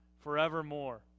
forevermore